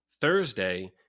Thursday